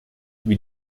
wie